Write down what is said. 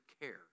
care